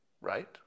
right